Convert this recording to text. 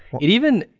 it even,